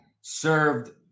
served